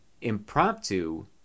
impromptu